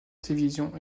télévision